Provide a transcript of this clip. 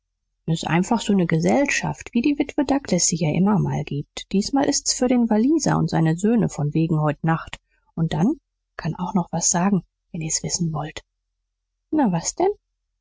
s ist einfach so ne gesellschaft wie die witwe douglas sie ja immer mal gibt diesmal ist's für den walliser und seine söhne von wegen heut nacht und dann kann auch noch was sagen wenn ihr's wissen wollt na was denn